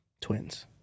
twins